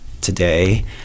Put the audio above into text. today